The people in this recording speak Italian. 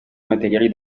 materiali